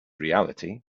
reality